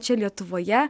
čia lietuvoje